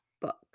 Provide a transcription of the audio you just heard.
book